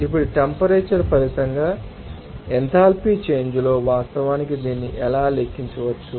ఇప్పుడు టెంపరేచర్ ఫలితంగా enthalpy change లో వాస్తవానికి దీన్ని ఎలా లెక్కించవచ్చు